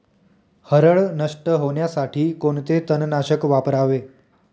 हरळ नष्ट होण्यासाठी कोणते तणनाशक वापरावे?